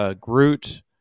Groot